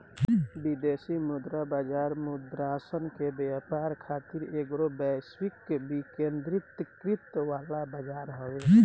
विदेशी मुद्रा बाजार मुद्रासन के व्यापार खातिर एगो वैश्विक विकेंद्रीकृत वाला बजार हवे